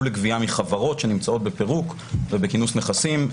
לגביה מחברות שנמצאות בפירוק ובכינוס נכסים.